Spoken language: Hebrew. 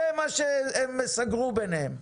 זה מה שהם סגרו ביניהם.